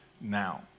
now